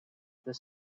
this